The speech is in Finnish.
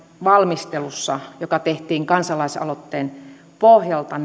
valmistelussa joka tehtiin kansalaisaloitteen pohjalta